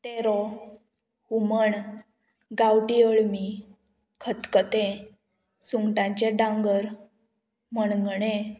तेरो हुमण गांवटी अळमी खतखतें सुंगटांचें डांगर मणगणें